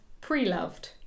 pre-loved